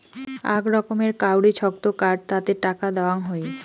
আক রকমের কাউরি ছক্ত কার্ড তাতে টাকা দেওয়াং হই